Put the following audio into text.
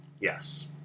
Yes